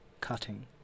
cutting